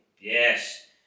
Yes